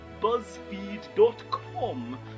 BuzzFeed.com